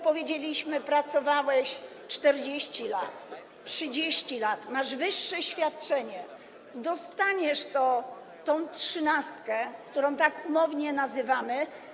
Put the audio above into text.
Powiedzieliśmy: pracowałeś 40 lat, 30 lat, masz wyższe świadczenie, dostaniesz tę trzynastkę, bo tak ją umownie nazywamy.